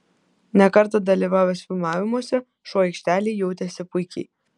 ne kartą dalyvavęs filmavimuose šuo aikštelėje jautėsi puikiai